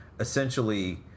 essentially